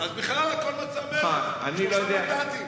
אז בכלל הכול מצע מרצ, שלושה מנדטים.